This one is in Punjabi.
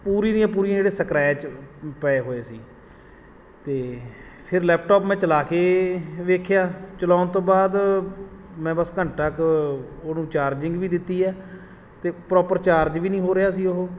ਪੂਰੀ ਦੀਆਂ ਪੂਰੀਆਂ ਜਿਹੜੀਆਂ ਸਕਰੈਚ ਪਏ ਹੋਏ ਸੀ ਅਤੇ ਫੇਰ ਲੈਪਟਾਪ ਮੈਂ ਚਲਾ ਕੇ ਵੇਖਿਆ ਚਲਾਉਣ ਤੋਂ ਬਾਅਦ ਮੈਂ ਬਸ ਘੰਟਾ ਕੁ ਉਹਨੂੰ ਚਾਰਜਿੰਗ ਵੀ ਦਿੱਤੀ ਹੈ ਅਤੇ ਪ੍ਰੋਪਰ ਚਾਰਜ ਵੀ ਨਹੀਂ ਹੋ ਰਿਹਾ ਸੀ ਉਹ